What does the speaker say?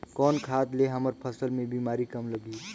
कौन खाद ले हमर फसल मे बीमारी कम लगही?